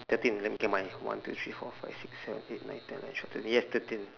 thirteen let me count my one two three four five six seven eight nine ten eleven twelve thirteen yes thirteen